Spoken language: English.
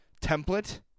template